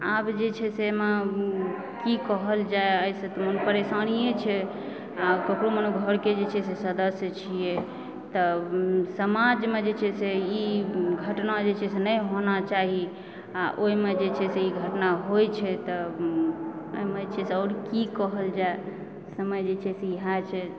आब जे छै से एहिमे की कहल जाए एहिसँ परेशानिए छै आ ककरो मने घरके जे छै सदस्य छियै तऽ समाजमे जे छै से ई घटना जे छै से नहि होना चाही आ ओहिमे जे छै से ई घटना होइत छै तऽ एहिमे जे छै से आओर की कहल जाए समय जे छै से इहा छै